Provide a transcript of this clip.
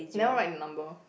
never write the number